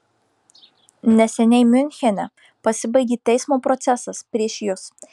neseniai miunchene pasibaigė teismo procesas prieš jus